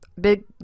big